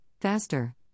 faster